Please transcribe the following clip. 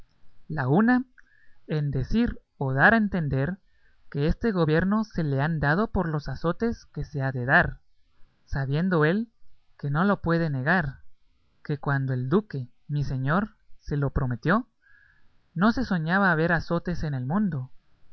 la una en decir o dar a entender que este gobierno se le han dado por los azotes que se ha de dar sabiendo él que no lo puede negar que cuando el duque mi señor se le prometió no se soñaba haber azotes en el mundo